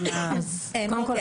אוקיי.